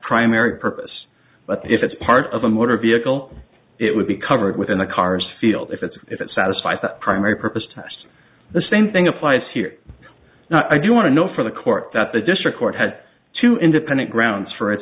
primary purpose but if it's part of a motor vehicle it would be covered within the car's field if it's if it satisfies that primary purpose test the same thing applies here i do want to know for the court that the district court had two independent grounds for